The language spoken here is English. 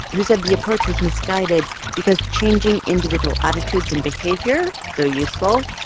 who said the approach was misguided because changing individual attitudes and behavior, though useful,